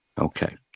Okay